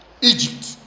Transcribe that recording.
Egypt